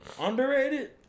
Underrated